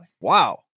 Wow